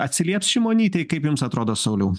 atsilieps šimonytei kaip jums atrodo sauliau